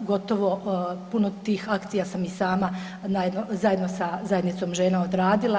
gotovo puno tih akcija sam i sama zajedno sa Zajednicom žena odradila.